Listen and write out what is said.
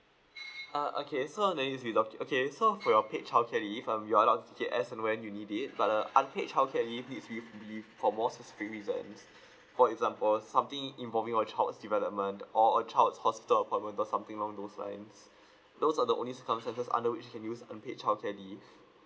ah okay so let me okay so for your paid childcare leave um you are allowed to take it as and when you need it but uh unpaid childcare leave needs with believe for more specific reasons for example something involving your child's development or a child's hospital appointment or something along those lines those are the only circumstances under which you can use unpaid childcare leave